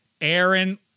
Aaron